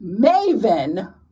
Maven